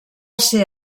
ser